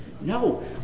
no